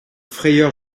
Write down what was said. frayeur